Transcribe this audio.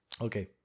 Okay